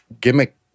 gimmick